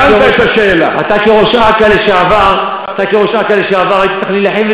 אתה, אוקיי, אתה כראש, חבר הכנסת, את ה-5,000,